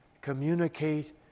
communicate